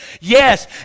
Yes